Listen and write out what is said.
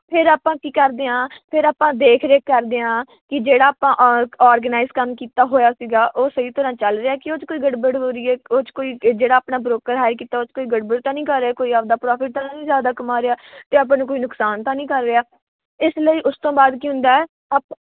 ਫਿਰ ਆਪਾਂ ਕੀ ਕਰਦੇ ਹਾਂ ਫਿਰ ਆਪਾਂ ਦੇਖ ਰੇਖ ਕਰਦੇ ਹਾਂ ਕਿ ਜਿਹੜਾ ਆਪਾਂ ਓਰਗਨਾਇਜ਼ ਕੰਮ ਕੀਤਾ ਹੋਇਆ ਸੀਗਾ ਉਹ ਸਹੀ ਤਰ੍ਹਾਂ ਚੱਲ ਰਿਹਾ ਕਿ ਉਹ 'ਚ ਕੋਈ ਗੜਬੜ ਹੋ ਰਹੀ ਹੈ ਉਹ 'ਚ ਕੋਈ ਜਿਹੜਾ ਆਪਣਾ ਬ੍ਰੋਕਰ ਹਾਇਰ ਕੀਤਾ ਉਹ ਕੋਈ ਗੜਬੜ ਤਾਂ ਨਹੀਂ ਕਰ ਰਿਹਾ ਕੋਈ ਆਪਣਾ ਪ੍ਰੋਫਿਟ ਤਾਂ ਨਹੀਂ ਜ਼ਿਆਦਾ ਕਮਾ ਰਿਹਾ ਅਤੇ ਆਪਾਂ ਨੂੰ ਕੋਈ ਨੁਕਸਾਨ ਤਾਂ ਨਹੀਂ ਕਰ ਰਿਹਾ ਇਸ ਲਈ ਉਸ ਤੋਂ ਬਾਅਦ ਕੀ ਹੁੰਦਾ ਅਪ